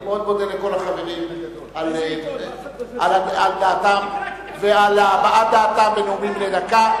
אני מודה לכל החברים על דעתם ועל הבעת דעתם בנאומים בני דקה.